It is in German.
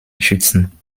schützen